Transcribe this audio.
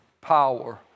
power